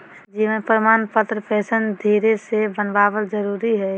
जीवन प्रमाण पत्र पेंशन धरी के बनाबल जरुरी हइ